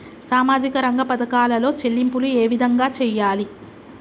సామాజిక రంగ పథకాలలో చెల్లింపులు ఏ విధంగా చేయాలి?